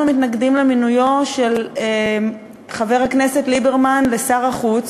אנחנו מתנגדים למינויו של חבר הכנסת ליברמן לשר החוץ